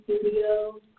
studio